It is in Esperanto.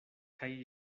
kaj